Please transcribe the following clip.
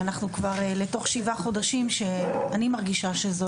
ואנחנו כבר לתוך שבעה חודשים שאני מרגישה שזו